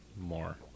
more